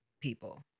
people